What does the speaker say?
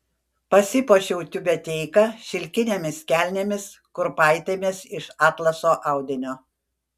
pasipuošiau tiubeteika šilkinėmis kelnėmis kurpaitėmis iš atlaso audinio